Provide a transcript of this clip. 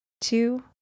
two